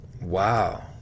wow